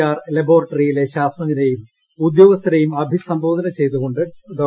R ലബോറട്ടറിയിലെ ശാസ്ത്രജ്ഞരേയും ഉദ്യോഗസ്ഥരെയും അഭിസംബോധന ചെയ്തുകൊണ്ട് ഡോ